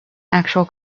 actual